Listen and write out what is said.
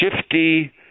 shifty